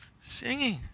singing